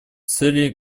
цели